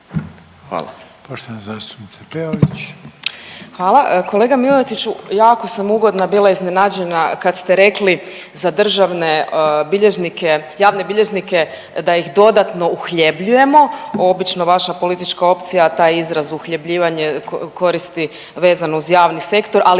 Peović. **Peović, Katarina (RF)** Hvala. Kolega Miletiću jako sam ugodno bila iznenađena kad ste rekli za državne bilježnike, javne bilježnike da ih dodatno uhljebljujemo, obično vaša politička opcija taj izraz uhljebljivanje koristi vezano uz javni sektor, ali